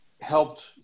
helped